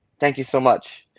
thank you so much.